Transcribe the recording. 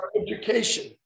Education